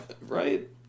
right